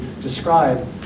describe